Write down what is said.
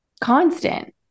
Constant